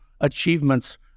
achievements